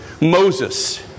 Moses